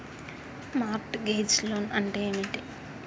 Mart gauge loan అంటే ఏమిటి?